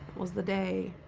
was the day